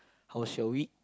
how shall we